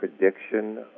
prediction